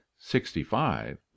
sixty-five